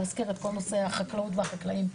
להזכיר את כל נושא החקלאות והחקלאים.